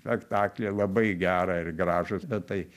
spektaklį labai gerą ir gražų bet tai